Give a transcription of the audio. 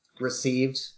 received